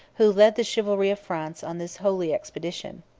who led the chivalry of france on this holy expedition.